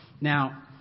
Now